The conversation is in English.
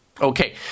Okay